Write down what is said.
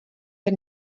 jak